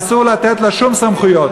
אסור לתת לה שום סמכויות.